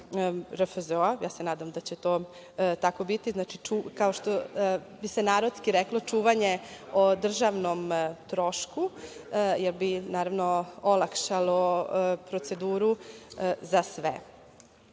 iz RFZO, nadam se da će to tako biti, kao što bi se narodski reklo – čuvanje o državom trošku, jer bi naravno olakšalo proceduru za sve.